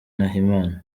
nahimana